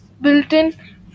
built-in